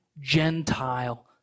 Gentile